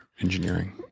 engineering